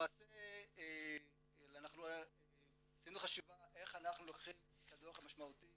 למעשה עשינו חשיבה איך אנחנו לוקחים את הדו"ח המשמעותי